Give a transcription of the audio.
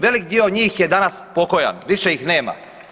Veliki dio njih je danas pokojan, više ih nema.